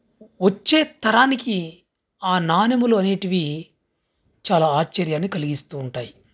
వచ్చే తరానికి ఆ నాణెములు అనేటివి చాలా ఆశ్చర్యాన్ని కలిగిస్తూ ఉంటాయి